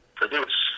produce